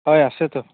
হয় আছেটো